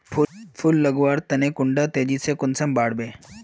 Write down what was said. फुल लगवार तने कुंडा तेजी से कुंसम बार वे?